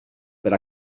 per